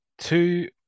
two